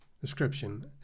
description